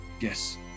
Yes